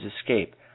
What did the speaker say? escape